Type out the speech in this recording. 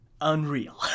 unreal